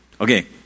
Okay